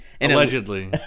Allegedly